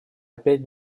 опять